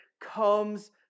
comes